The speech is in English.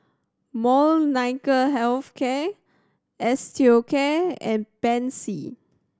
Molnylcke Health Care Osteocare and Pansy